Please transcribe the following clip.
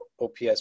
OPS